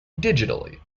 digitally